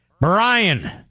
Brian